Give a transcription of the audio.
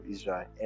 Israel